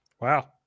Wow